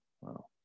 wow